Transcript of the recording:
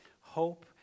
Hope